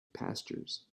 pastures